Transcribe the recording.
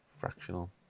fractional